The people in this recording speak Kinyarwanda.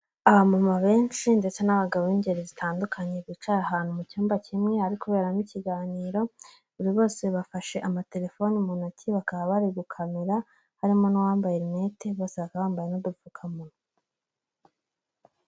Aba mama benshi ndetse n'abagabo b'ingeri zitandukanye, bicaye ahantu mu cyumba kimwe ahari kuberamo ikiganiro, buri bose bafashe amatelefoni mu ntoki bakaba bari gukamera harimo n'uwambaye rinete bose bakaba bambaye n'udupfukamunwa.